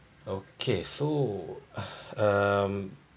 okay so um